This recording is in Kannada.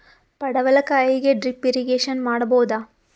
ಪಡವಲಕಾಯಿಗೆ ಡ್ರಿಪ್ ಇರಿಗೇಶನ್ ಮಾಡಬೋದ?